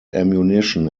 ammunition